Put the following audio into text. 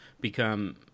become